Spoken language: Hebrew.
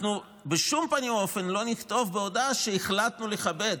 אנחנו בשום פנים ואופן לא נכתוב בהודעה "החלטנו לכבד",